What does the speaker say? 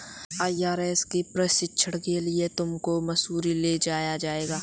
IRS के प्रशिक्षण के लिए तुमको मसूरी ले जाया जाएगा